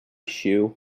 shoe